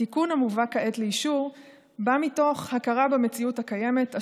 התיקון המובא כעת לאישור בא מתוך הכרה במציאות הקיימת,